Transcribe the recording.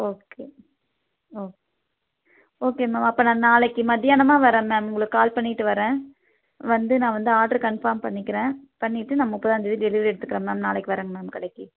okay oh okay ma'am அப்போ நான் நாளைக்கு மதியானமாக வரேன் மேம் உங்களுக்கு கால் பண்ணிவிட்டு வரேன் வந்து நான் வந்து ஆட்ரு கன்ஃபார்ம் பண்ணிக்கிறேன் பண்ணிவிட்டு நான் முப்பதாந்தேதி டெலிவரி எடுத்துக்கிறேன் மேம் நாளைக்கு வரேங்க மேம் கடைக்கு